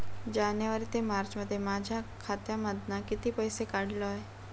जानेवारी ते मार्चमध्ये माझ्या खात्यामधना किती पैसे काढलय?